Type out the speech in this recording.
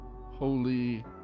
Holy